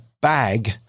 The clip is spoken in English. bag